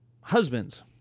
Husbands